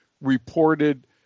reported